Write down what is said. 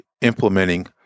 implementing